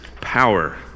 power